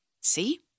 See